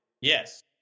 Yes